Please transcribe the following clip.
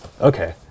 okay